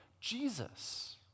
Jesus